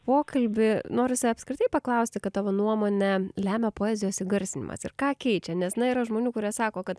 pokalbį norisi apskritai paklausti ką tavo nuomone lemia poezijos įgarsinimas ir ką keičia nes na yra žmonių kurie sako kad